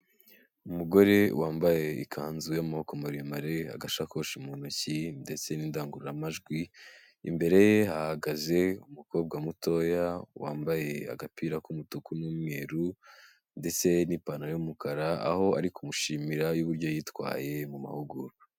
Umugore wambaye ikanzu y'amaboko maremare, agashakoshi mu ntoki ndetse n'indangururamajwi, imbereye hahagaze umukobwa mutoya wambaye agapira k'umutuku n'umweru ndetse n'ipantaro y'umukara, aho ari kumushimira uburyo yitwaye mu mahugurwa.